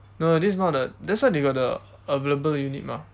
no no no this is not the that's why they got the available unit mah